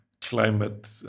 climate